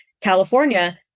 California